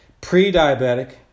pre-diabetic